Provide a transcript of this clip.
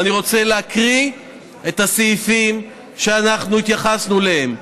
ואני רוצה להקריא את הסעיפים שאנחנו התייחסנו אליהם.